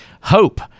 Hope